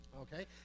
Okay